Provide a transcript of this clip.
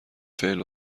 فعل